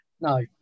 No